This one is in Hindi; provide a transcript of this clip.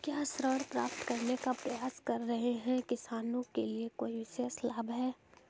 क्या ऋण प्राप्त करने का प्रयास कर रहे किसानों के लिए कोई विशेष लाभ हैं?